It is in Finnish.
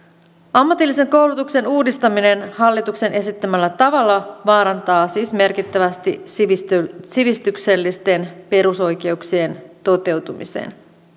ammatillisen koulutuksen uudistaminen hallituksen esittämällä tavalla vaarantaa siis merkittävästi sivistyksellisten sivistyksellisten perusoikeuksien toteutumisen